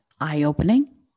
eye-opening